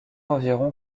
environ